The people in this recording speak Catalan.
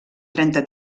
trenta